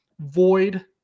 void